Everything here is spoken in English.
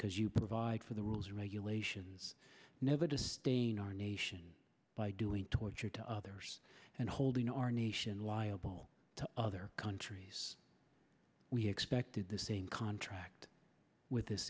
because you provide for the rules regulations never distain our nation by doing torture to others and holding our nation liable to other countries we expected the same contract with this